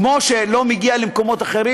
כמו שלא מגיע למקומות אחרים,